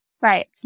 Right